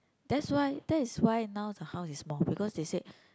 that's why that is why now the house is small because they said